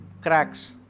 cracks